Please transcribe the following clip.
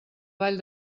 ball